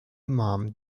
imam